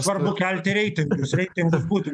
svarbu kelti reitingus reitingus būtų